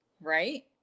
right